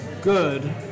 good